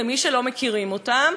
למי שלא מכירים אותם,